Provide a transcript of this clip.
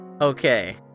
Okay